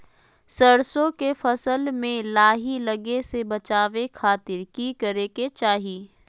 सरसों के फसल में लाही लगे से बचावे खातिर की करे के चाही?